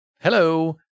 hello